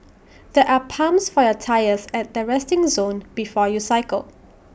there are pumps for your tyres at the resting zone before you cycle